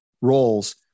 roles